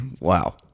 Wow